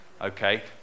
okay